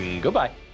Goodbye